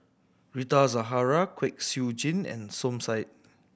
Rita Zahara Kwek Siew Jin and Som Said